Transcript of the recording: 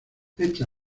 hecha